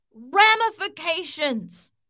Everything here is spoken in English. ramifications